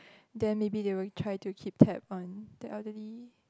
then maybe they will try to keep tab on the elderly